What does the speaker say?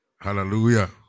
Hallelujah